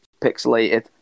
pixelated